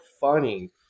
funny